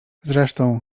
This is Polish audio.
zresztą